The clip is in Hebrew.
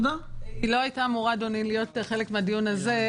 היתה אמורה להיות חלק מהדיון הזה.